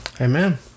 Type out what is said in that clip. Amen